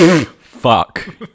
Fuck